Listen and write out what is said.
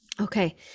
Okay